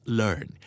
learn